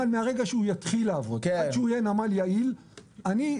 מהרגע שהנמל יתחיל לעבוד עד שהוא יהיה נמל יעיל זה חצי שנה לפחות.